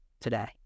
today